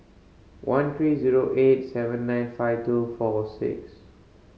one three zero eight seven nine five two four six